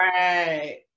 right